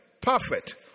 perfect